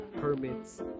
permits